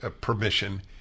permission